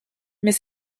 mais